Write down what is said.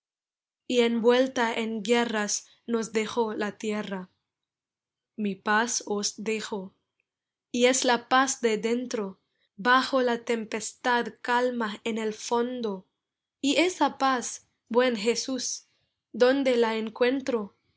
y envuelta en guerras nos dejó la tierra mi paz os dejo y es la paz de dentro bajo la tempestad calma en el fondo y esa paz buen jesús dónde la encuentro